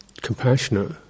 compassionate